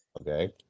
Okay